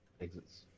exits